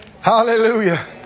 Hallelujah